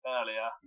earlier